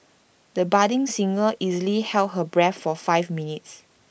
the budding singer easily held her breath for five minutes